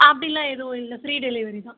அப்படில்லாம் எதுவும் இல்லை ஃப்ரீ டெலிவரி தான்